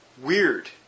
Weird